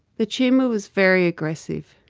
the tumour was very aggressive.